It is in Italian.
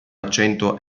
accento